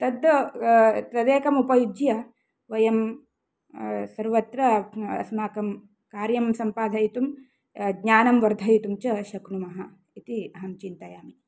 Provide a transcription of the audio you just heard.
तद्द तदेकं उपयुज्य वयं सर्वत्र अस्माकं कार्यं सम्पादयितुं ज्ञानं वर्धयितुं च शक्नुमः इति अहं चिन्तयामि